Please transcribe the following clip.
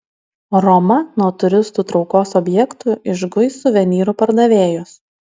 roma nuo turistų traukos objektų išguis suvenyrų pardavėjus